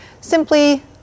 simply